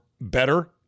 better